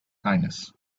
kindness